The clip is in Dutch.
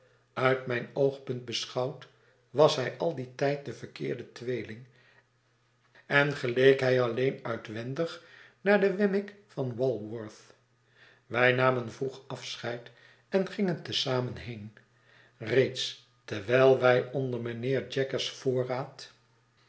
uit mijn oogpunt beschouwd was hij al dien tijd de verkeerde tweeling en geleek hij alleen uitwendig naar den wemmick van walworth wij namen vroeg afscheid en gingen te zamen heen reeds terwijl wij onder mijnheer jaggers voorraad